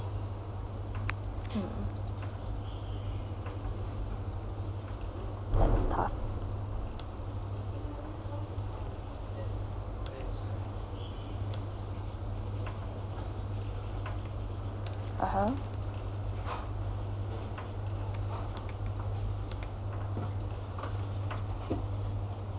mmhmm start (uh huh)